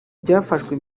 byafashwe